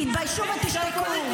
תתביישו ותשתקו.